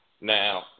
now